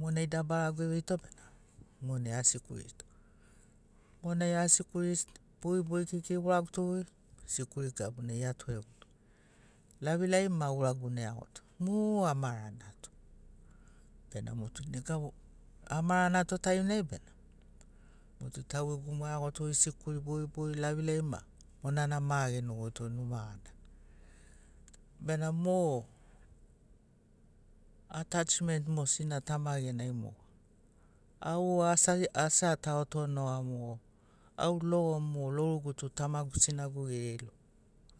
Monai dabaragu eveito bena monai asikurito monai asikuri bogibogi kekei eguraguto sikuri gabunai eatoreguto lavilavi ma uraguna eagoto mu amaranato bena motu nega vo amaranato taimnai bena motu taugegu mo aeagoto sikuri bogibogi lavilavi ma monana ma agenogoito numa gana bena mo attachment mo sina tama genai moga au as asi ataoto noga mogo au logo mo lorugu tu sinagu tamagu geri ai logo